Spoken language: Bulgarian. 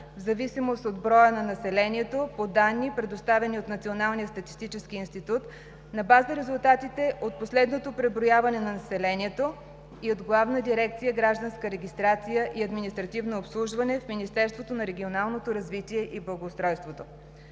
в зависимост от броя на населението по данни, предоставени от Националния статистически институт на база резултатите от последното преброяване на населението и от Главна дирекция „Гражданска регистрация и административно обслужване” в Министерството на регионалното развитие и благоустройството.